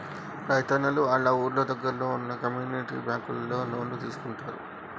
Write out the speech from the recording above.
రైతున్నలు ఆళ్ళ ఊరి దగ్గరలో వున్న కమ్యూనిటీ బ్యాంకులలో లోన్లు తీసుకుంటారు